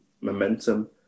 momentum